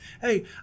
Hey